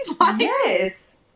Yes